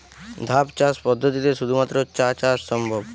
ধাপ চাষ পদ্ধতিতে শুধুমাত্র চা চাষ সম্ভব?